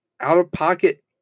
out-of-pocket